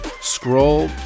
scroll